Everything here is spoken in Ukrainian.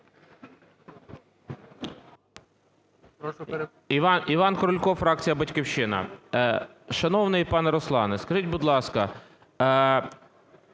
Іван Крулько, фракція "Батьківщина". Шановний пане Руслане, скажіть, будь ласка,